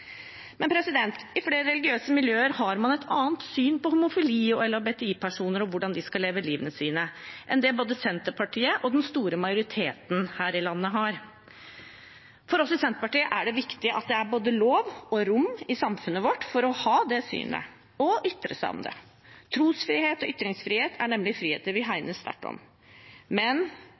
Men i flere religiøse miljøer har man et annet syn på homofili og LHBTI-personer og hvordan de skal leve livet sitt, enn det både Senterpartiet og den store majoriteten her i landet har. For oss i Senterpartiet er det viktig at det er både lov og rom i samfunnet vårt for å ha det synet og ytre seg om det. Trosfrihet og ytringsfrihet er nemlig friheter vi hegner sterkt om, men